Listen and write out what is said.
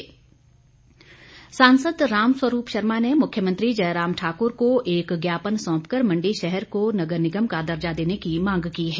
रामस्वरूप सांसद रामस्वरूप शर्मा ने मुख्यमंत्री जयराम ठाक्र को एक ज्ञापन सौंप कर मण्डी शहर को नगर निगम का दर्जा देने की मांग की है